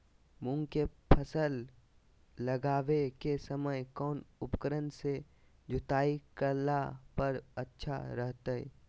मूंग के फसल लगावे के समय कौन उपकरण से जुताई करला पर अच्छा रहतय?